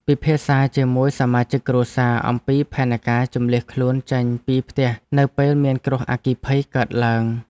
ពិភាក្សាជាមួយសមាជិកគ្រួសារអំពីផែនការជម្លៀសខ្លួនចេញពីផ្ទះនៅពេលមានគ្រោះអគ្គិភ័យកើតឡើង។